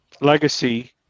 legacy